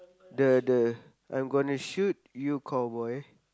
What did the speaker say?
the the I'm gonna shoot you cowboy